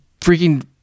freaking